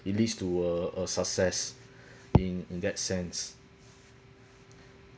it leads to uh uh success in in that sense